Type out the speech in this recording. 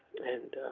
and.